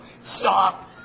stop